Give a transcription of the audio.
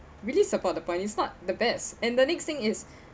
really support the point it's not the best and the next thing is